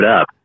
up